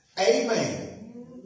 amen